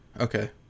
Okay